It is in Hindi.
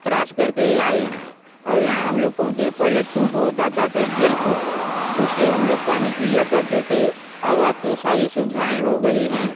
क्रास कर के आए हैं और यहाँ हम लोग पहुंचे हैं पहले कूप होता था जलकूप उससे हम लोग पानी पिया करते थे और अब तो सारी सुबिधाएं हो गई हैं